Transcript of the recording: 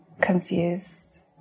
confused